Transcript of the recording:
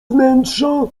wnętrza